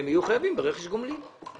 יהיו חייבות ברכש גומלין.